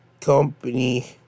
company